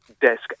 Desk